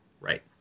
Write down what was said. Right